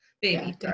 Baby